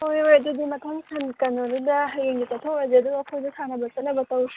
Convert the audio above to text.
ꯍꯣꯏ ꯍꯣꯏ ꯑꯗꯨꯗꯤ ꯃꯊꯪ ꯀꯩꯅꯣꯗꯨꯗ ꯍꯌꯦꯡꯁꯦ ꯆꯠꯊꯣꯛꯎꯔꯁꯦ ꯑꯗꯨꯒ ꯑꯩꯈꯣꯏꯁꯨ ꯁꯥꯟꯅꯕ ꯆꯠꯅꯕ ꯇꯧꯁꯦ